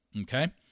Okay